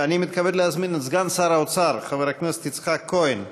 אני מתכבד להזמין את סגן שר האוצר חבר הכנסת יצחק כהן.